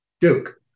Duke